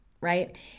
right